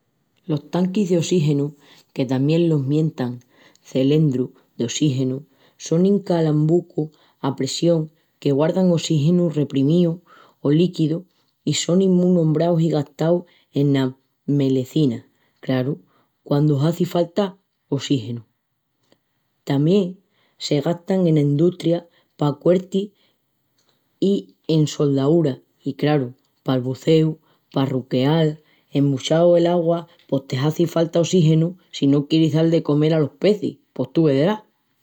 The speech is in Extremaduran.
Los tanquis d'ossígenu que tamién los mientan celindrus d'ossígenu sonin calambucus a pressión que guardan ossígenu reprimíu o líquiu i sonin mu nombraus i gastaus ena melecina, craru, quandu hazi falta ossígenu. Tamién se gastan ena endustria pa cuertis i ensoldaúras i, craru, pal buceu, pa ruqueal embaxu l'augua pos te hazi falta ossígenu si no quieris dal de comel alos pecis, pos tu vedrás!